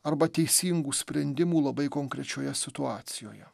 arba teisingų sprendimų labai konkrečioje situacijoje